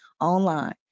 online